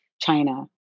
China